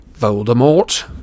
voldemort